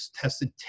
tested